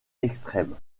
extrême